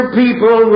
people